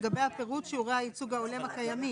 לגבי פירוט שיעורי הייצוג ההולם הקיימים.